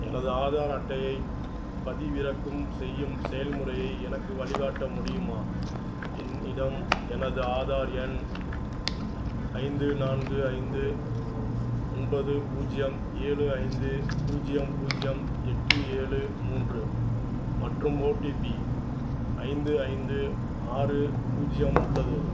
எனது ஆதார் அட்டையைப் பதிவிறக்கம் செய்யும் செயல்முறையை எனக்கு வழிகாட்ட முடியுமா என்னிடம் எனது ஆதார் எண் ஐந்து நான்கு ஐந்து ஒன்பது பூஜ்ஜியம் ஏழு ஐந்து பூஜ்ஜியம் பூஜ்ஜியம் எட்டு ஏழு மூன்று மற்றும் ஓடிபி ஐந்து ஐந்து ஆறு பூஜ்ஜியம் உள்ளது